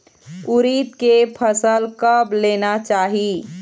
उरीद के फसल कब लेना चाही?